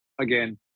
again